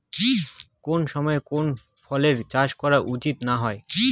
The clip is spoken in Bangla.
কুন সময়ে কুন ফসলের চাষ করা উচিৎ না হয়?